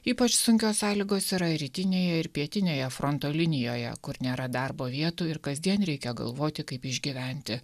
ypač sunkios sąlygos yra rytinėje ir pietinėje fronto linijoje kur nėra darbo vietų ir kasdien reikia galvoti kaip išgyventi